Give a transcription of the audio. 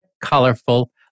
colorful